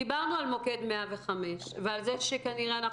דיברנו על מוקד 105 ועל זה שכנראה אנחנו